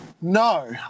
No